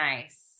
nice